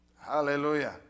Hallelujah